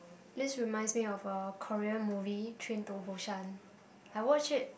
this reminds me of a Korean movie Train-to-Busan I watch it